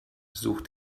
sucht